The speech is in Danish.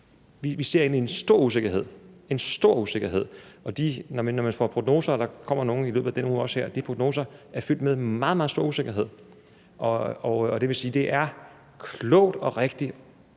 vi ind i en stor usikkerhed – en stor usikkerhed! Når vi får prognoser – og der kommer også nogle i løbet af denne uge – er de fyldt med meget, meget stor usikkerhed. Det vil sige, at det er klogt og rigtigt